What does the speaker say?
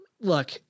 look